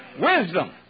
Wisdom